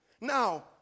Now